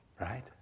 Right